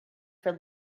for